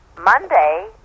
Monday